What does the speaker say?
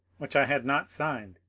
which i had not signed,